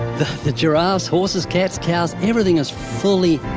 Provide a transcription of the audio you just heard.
the giraffes, horses, cats, cows, everything is fully